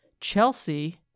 Chelsea